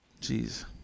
Jeez